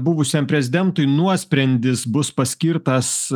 buvusiam prezidentui nuosprendis bus paskirtas